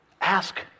Ask